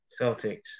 Celtics